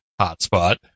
hotspot